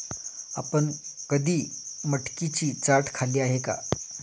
आपण कधी मटकीची चाट खाल्ली आहे का?